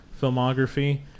filmography